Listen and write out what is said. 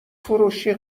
فروشی